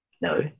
No